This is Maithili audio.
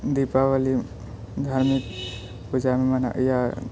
दीपावली घरमे पूजामे या